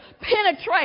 penetrate